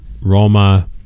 Roma